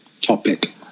topic